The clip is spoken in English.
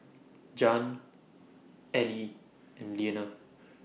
Jan Ally and Leaner